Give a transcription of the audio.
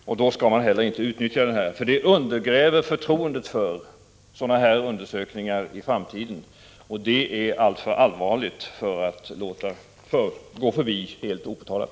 Ett sådant här handlingssätt undergräver förtroendet när det gäller liknande undersökningar i framtiden. Detta är alltför allvarligt, och därför kan vi inte låta saken passera opåtalad.